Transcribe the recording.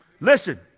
Listen